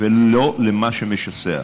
ולא למה שמשסע.